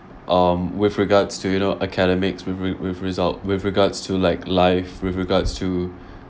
um with regards to you know academics with re~ with result with regards to like life with regards to